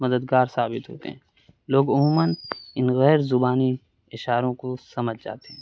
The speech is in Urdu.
مددگار ثابت ہوتے ہیں لوگ عموماً ان غیر زبانی اشاروں کو سمجھ جاتے ہیں